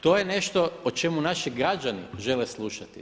To je nešto o čemu naši građani žele slušati.